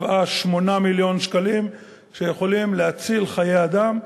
7, 8 מיליון שקלים שיכולים להציל חיי אדם.